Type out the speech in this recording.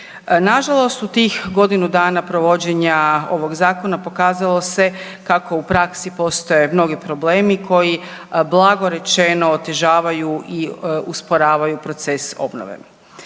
Nažalost, u tih godinu dana provođenja ovog zakona pokazalo se kako u praksi postoje mnogi problemi koji blago rečeno otežavaju i usporavaju proces obnove.